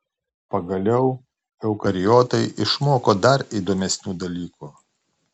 pagaliau eukariotai išmoko dar įdomesnių dalykų